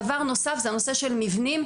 דבר נוסף זה הנושא של מבנים,